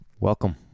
Welcome